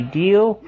deal